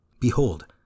Behold